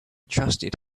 trusted